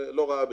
לא רעה בכלל,